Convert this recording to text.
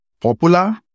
popular